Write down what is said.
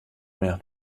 mir